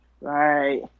right